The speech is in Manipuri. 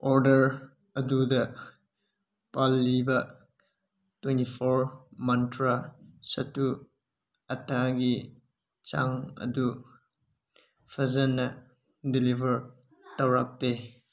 ꯑꯣꯔꯗꯔ ꯑꯗꯨꯗ ꯄꯜꯂꯤꯕ ꯇ꯭ꯋꯦꯟꯇꯤ ꯐꯣꯔ ꯃꯟꯇ꯭ꯔ ꯁꯠꯇꯨ ꯑꯠꯇꯥꯒꯤ ꯆꯥꯡ ꯑꯗꯨ ꯐꯖꯅ ꯗꯤꯂꯤꯕꯔ ꯇꯧꯔꯛꯇꯦ